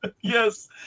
Yes